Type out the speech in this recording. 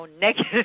negative